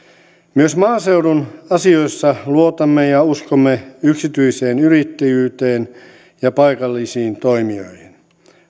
myös maaseudun asioissa luotamme ja uskomme yksityiseen yrittäjyyteen ja paikallisiin toimijoihin